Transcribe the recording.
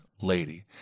lady